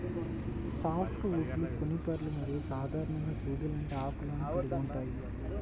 soft వుడ్లు కోనిఫర్లు మరియు సాధారణంగా సూది లాంటి ఆకులను కలిగి ఉంటాయి